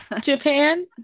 Japan